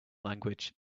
language